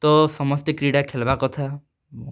ତ ସମସ୍ତେ କ୍ରିଡ଼ା ଖେଲ୍ବାର୍ କଥା